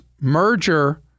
merger